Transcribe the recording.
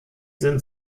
sind